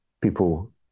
people